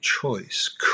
choice